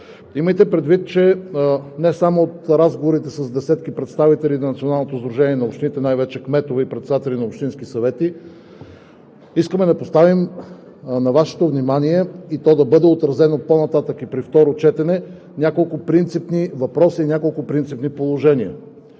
Имайте предвид, че не само в разговорите с десетките представители на Националното сдружение на общините в България – най-вече кметове и председатели на общински съвети, искаме да поставим и на Вашето внимание и да бъде отразено по-нататък – при второто четене, няколко принципни въпроса и няколко принципни положения.